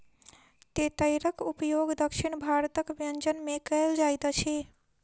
तेतैरक उपयोग दक्षिण भारतक व्यंजन में कयल जाइत अछि